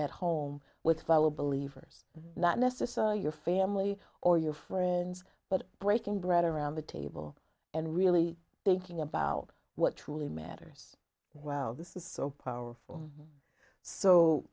at home with fellow believers not necessarily your family or your friends but breaking bread around the table and really thinking about what truly matters well this is so powerful so